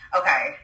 Okay